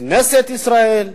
כנסת ישראל,